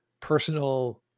personal